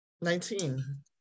Nineteen